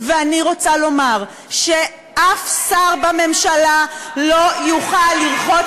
ואני רוצה לומר שאף שר בממשלה לא יוכל לרחוץ